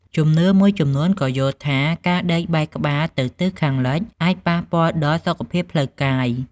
ជំនឿមួយចំនួនក៏យល់ថា ការដេកបែរក្បាលទៅទិសខាងលិចអាចប៉ះពាល់ដល់ សុខភាពផ្លូវកាយ។